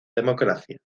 democracia